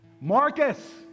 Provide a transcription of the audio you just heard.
Marcus